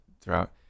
throughout